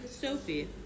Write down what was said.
Sophie